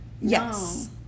Yes